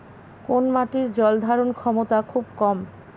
কোন মাটির জল ধারণ ক্ষমতা খুব কম?